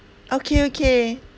okay okay